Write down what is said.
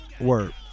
Word